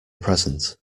present